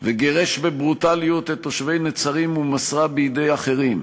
וגירש בברוטליות את תושבי נצרים ומסרה בידי אחרים.